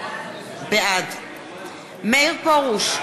בעד מאיר פרוש,